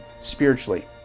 spiritually